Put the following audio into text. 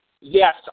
yes